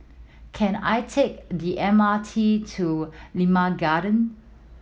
can I take the M R T to Limau Garden